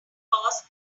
boss